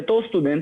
כסטודנט,